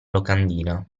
locandina